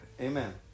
Amen